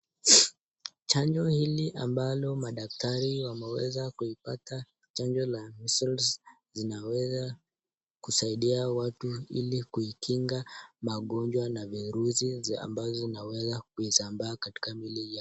Chanjo hili ambalo madaktari wameweza kulipata chanjo la measles linaweza kusaidia watu ili kuikinga magonjwa na virusi ambazo zinaweza kuisambaa katika mwili yao.